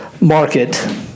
market